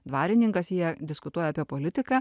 dvarininkas jie diskutuoja apie politiką